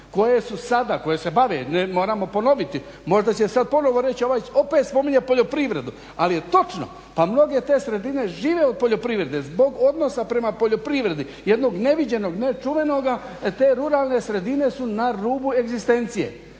koje su sada, koje se bave, moramo ponoviti, možda će sad ponovno reći ovaj opet spominje poljoprivredu, ali je točno, pa mnoge te sredine žive od poljoprivrede, zbog odnosa prema poljoprivredi, jednog neviđenog, nečuvenoga te ruralne sredine su na rubu egzistencije,